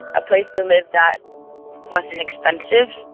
a place to live that wasn't expensive